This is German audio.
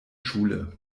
schule